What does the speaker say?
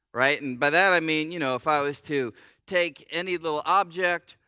right? and by that, i mean, you know, if i was to take any little object,